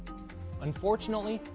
unfortunately,